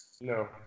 No